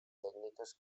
tècniques